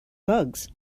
bugs